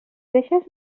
deixes